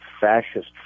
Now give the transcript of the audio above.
fascist